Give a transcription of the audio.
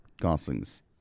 goslings